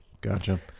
Gotcha